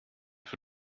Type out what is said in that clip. für